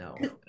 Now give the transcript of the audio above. no